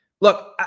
Look